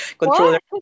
controller